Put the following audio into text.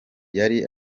yari